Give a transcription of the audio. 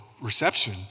reception